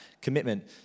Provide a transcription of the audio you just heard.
commitment